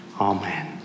Amen